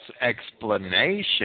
explanation